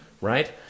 right